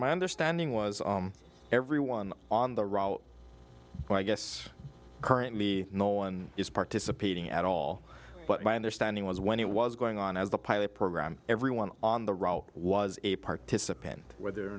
my understanding was everyone on the route so i guess currently no one is participating at all but my understanding was when it was going on as the pilot program everyone on the route was a participant whether or